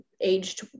aged